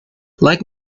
like